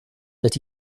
that